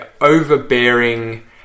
overbearing